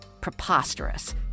Preposterous